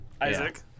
Isaac